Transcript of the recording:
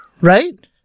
Right